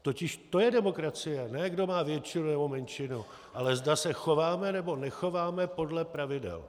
Totiž to je demokracie, ne kdo má většinu nebo menšinu, ale zda se chováme, nebo nechováme podle pravidel.